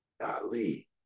Golly